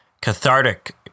cathartic